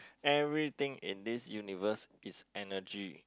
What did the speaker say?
everything in this universe is energy